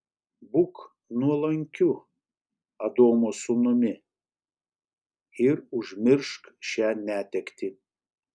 būk nuolankiu adomo sūnumi ir užmiršk šią netektį